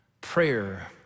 Prayer